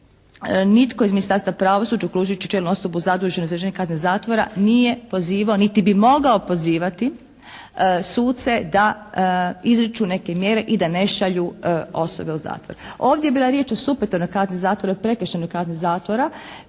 nitko iz Ministarstva pravosuđa uključujući čelnu osobu zaduženu za izvršenje kazne zatvora nije pozivao niti bi mogao pozivati suce da izriču neke mjere i da ne šalju osobe u zatvor. Ovdje je bila riječ o … /Govornica se ne razumije./ … kazni zatvora,